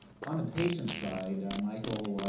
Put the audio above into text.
on the patient side, michael,